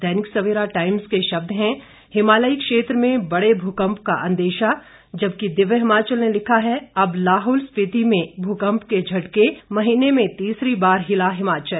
दैनिक Savera Times के शब्द हैं हिमालयी क्षेत्र में बड़े भूकंप का अंदेशा जबकि दिव्य हिमाचल ने लिखा है अब लाहुल स्पीति में भूकम्प के झटके महीने में तीसरी बार हिला हिमाचल